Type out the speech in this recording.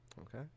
Okay